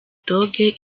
dogg